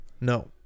No